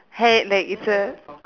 hand like it's a